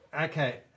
okay